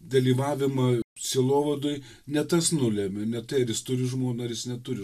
dalyvavimą sielovadoj ne tas nulemia ne tai ar jis turi žmoną ir jis neturi